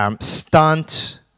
stunt